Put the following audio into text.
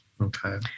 Okay